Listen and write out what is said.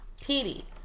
Petey